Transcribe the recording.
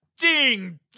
Ding